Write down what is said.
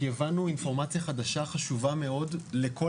כי הבנו אינפורמציה חדשה חשובה מאוד לכל